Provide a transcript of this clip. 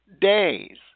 days